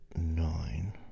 nine